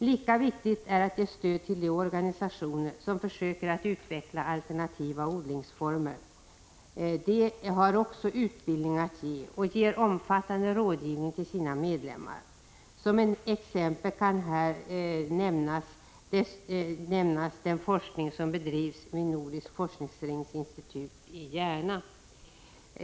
Lika viktigt är att ge stöd till de organisationer som försöker utveckla alternativa odlingsformer. De har också utbildning att ge, och de ger omfattande rådgivning till sina medlemmar. Som exempel kan här nämnas den forskning som bedrivs vid Nordiska forskningsringens institut i Järna.